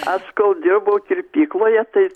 aš kol dirbau kirpykloje tai